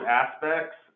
aspects